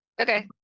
Okay